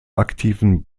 aktiven